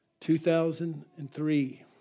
2003